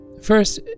First